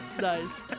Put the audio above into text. Nice